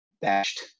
bashed